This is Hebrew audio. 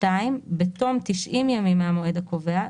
(2)בתום 90 ימים מהמועד הקובע,